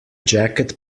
jacket